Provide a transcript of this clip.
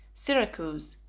syracuse,